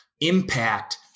impact